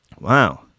Wow